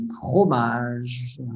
fromage